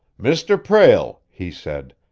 mr. prale, he said,